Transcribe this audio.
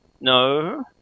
No